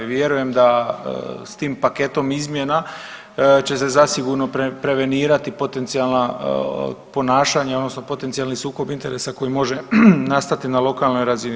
Vjerujem da s tim paketom izmjena će se zasigurno prevenirati potencijalna ponašanja, odnosno potencijalni sukob interesa koji može nastati na lokalnoj razini.